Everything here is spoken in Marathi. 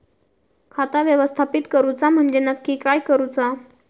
खाता व्यवस्थापित करूचा म्हणजे नक्की काय करूचा?